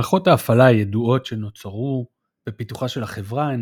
מערכות ההפעלה הידועות שנוצרו בפיתוחה של החברה הן